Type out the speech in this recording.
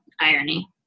irony